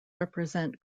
represent